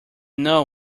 know